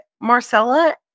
Marcella